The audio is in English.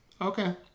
Okay